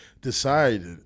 decided